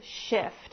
shift